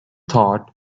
thought